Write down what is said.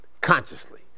consciously